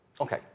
Okay